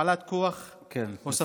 הפעלת כוח, כן, לסיום.